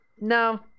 No